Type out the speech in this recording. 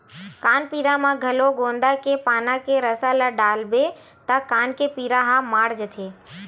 कान पीरा म घलो गोंदा के पाना के रसा ल डालबे त कान के पीरा ह माड़ जाथे